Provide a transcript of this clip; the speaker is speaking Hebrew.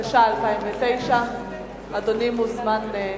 התש"ע 2009. אדוני מוזמן.